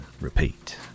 repeat